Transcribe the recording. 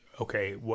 okay